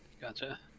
Gotcha